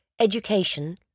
education